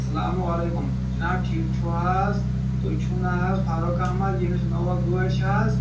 السلام علیکُم جِناب ٹھیٖک چھُو حظ تُہۍ چھُو نہ حظ فاروق احمد ییٚمِس نووا گٲڑی چھِ حظ